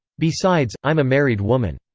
besides, i'm a married woman.